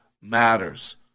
matters